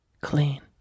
clean